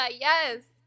yes